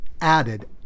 added